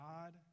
God